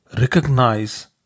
recognize